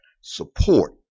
support